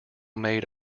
made